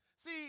See